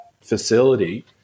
facility